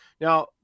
Now